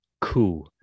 coup